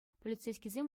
полицейскисем